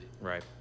Right